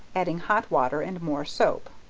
adding hot water and more soap.